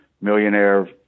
millionaire